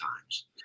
times